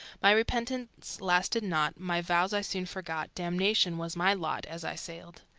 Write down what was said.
my repentance lasted not, my vows i soon forgot, damnation was my lot, as i sailed.